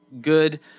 good